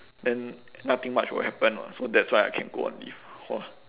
then nothing much will happen [what] so that's why I can go on leave !wah!